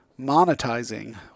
monetizing